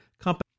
company